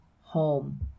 home